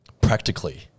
practically